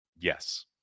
Yes